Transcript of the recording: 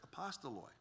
apostoloi